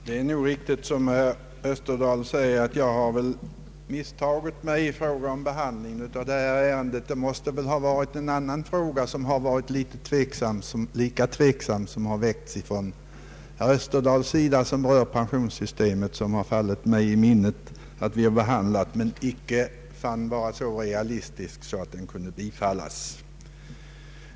Herr talman! Det är nog riktigt som herr Österdahl säger, att jag misstagit mig i fråga om behandlingen av detta ärende. Det måste ha varit en annan fråga av lika tveksamt slag som väckts från herr Österdahls sida och som rör pensionssystemet, vilken fallit mig i minnet men som inte varit så realistisk att den kunnat bifallas.